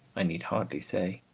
i need hardly say.